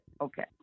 okay